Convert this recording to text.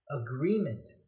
agreement